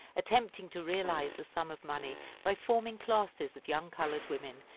attempting to realize a sum of money by forming classes of young colored women,